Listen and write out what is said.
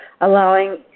allowing